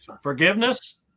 Forgiveness